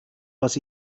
was